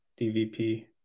DVP